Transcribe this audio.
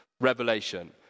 revelation